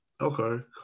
Okay